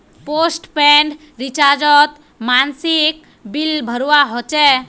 postpaid रिचार्जोत मासिक bill भरवा होचे